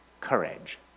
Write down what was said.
courage